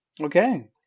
Okay